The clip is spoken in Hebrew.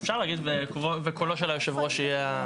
אפשר להגיד וקולו של יושב הראש יהיה.